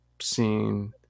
scene